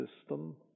system